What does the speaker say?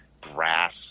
grass